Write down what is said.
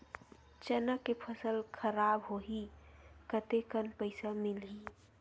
चना के फसल खराब होही कतेकन पईसा मिलही?